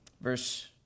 Verse